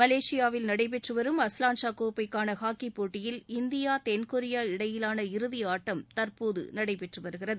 மலேசியாவில் நடைபெற்று வரும் அஸ்லாம் ஷா கோப்பைக்கான ஹாக்கி போட்டியில் இந்தியா தென்கொரியா இடையிலான இறுதியாட்டம் தற்போது நடைபெற்று வருகிறது